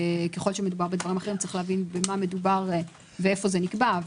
ככל שמדובר בדברים אחרים צריך להבין במה מדובר ואיפה זה נקבע.